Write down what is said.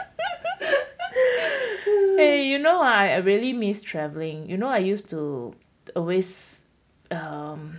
you know I really miss traveling you know I used to always um